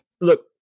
Look